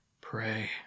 Pray